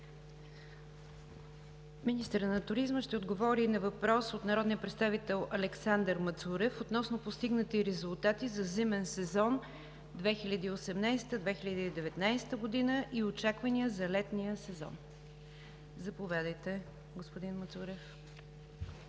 Министърът на туризма ще отговори на въпрос от народния представител Александър Мацурев относно постигнати резултати за зимен сезон 2018 – 2019 г. и очаквания за летния сезон. Заповядайте, господин Мацурев.